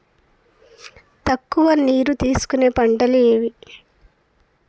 తక్కువ నీరు తీసుకునే పంటలు ఏవి?